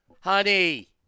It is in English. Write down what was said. honey